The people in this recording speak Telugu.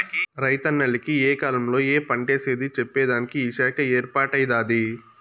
రైతన్నల కి ఏ కాలంలో ఏ పంటేసేది చెప్పేదానికి ఈ శాఖ ఏర్పాటై దాది